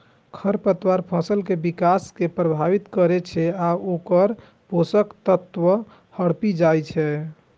खरपतवार फसल के विकास कें प्रभावित करै छै आ ओकर पोषक तत्व हड़पि जाइ छै